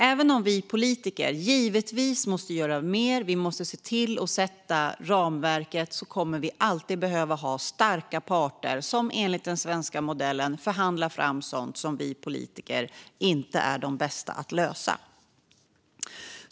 Även om vi politiker givetvis måste göra mer och sätta ramverket kommer vi alltid att behöva ha starka parter som enligt den svenska modellen förhandlar fram sådant som vi politiker inte är de bästa att lösa.